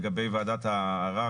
לגבי ועדת הערר,